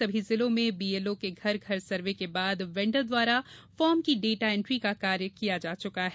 सभी जिलों में बीएलओ के घर घर सर्वे के बाद वेण्डर द्वारा फार्म की डेटा एन्ट्री का कार्य किया जा चुका है